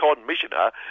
commissioner